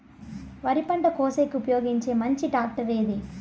వరి పంట కోసేకి ఉపయోగించే మంచి టాక్టర్ ఏది?